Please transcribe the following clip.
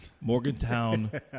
Morgantown